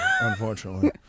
unfortunately